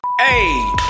Hey